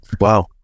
Wow